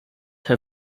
herr